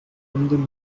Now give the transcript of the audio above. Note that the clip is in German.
emden